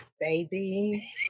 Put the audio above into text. Baby